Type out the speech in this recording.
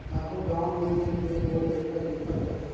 आघु गाँव मे एक दुई गोट टेक्टर दिखत रहिस